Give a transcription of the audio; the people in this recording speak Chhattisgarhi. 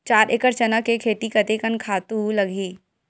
चार एकड़ चना के खेती कतेकन खातु लगही?